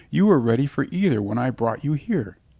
you were ready for either when i brought you here.